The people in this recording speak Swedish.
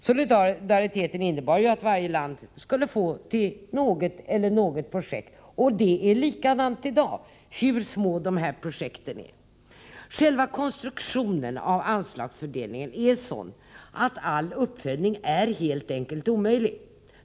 Solidariteten innebar att varje land skulle få bidrag till något projekt, och det är likadant i dag, hur små de här projekten än är. 37 Själva konstruktionen av anslagsfördelningen är sådan att all uppföljning helt enkelt är omöjlig.